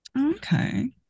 Okay